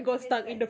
you guess that